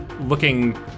looking